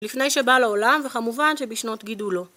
לפני שבא לעולם, וכמובן שבשנות גידולו.